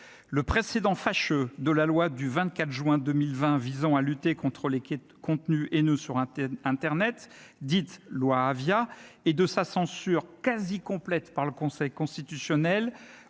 précédent de la loi du 24 juin 2020 visant à lutter contre les contenus haineux sur internet, dite loi Avia, et de sa censure quasi complète par le Conseil constitutionnel